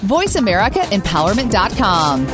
VoiceAmericaEmpowerment.com